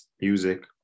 music